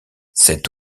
cette